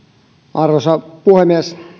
arvoisa puhemies